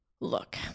Look